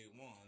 one